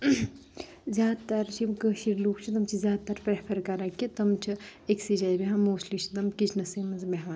زیادٕ تَر چھِ یِم کٲشِر لوٗکھ چھِ تِم چھِ زیادٕ تَر پرؠفَر کَران کہِ تِم چھِ أکسٕے جایہِ بؠہوان موسٹلی چھِ تِم کِچنَسٕے منز بؠہوان